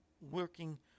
working